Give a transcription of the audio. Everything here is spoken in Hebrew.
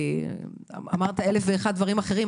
ואמרת 1,001 דברים אחרים,